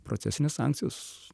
procesinės sankcijos